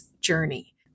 Journey